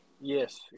Yes